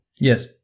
Yes